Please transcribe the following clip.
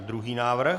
Druhý návrh.